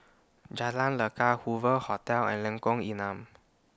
Jalan Lekar Hoover Hotel and Lengkong Enam